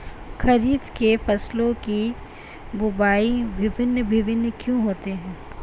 खरीफ के फसलों की बुवाई भिन्न भिन्न क्यों होती है?